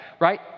right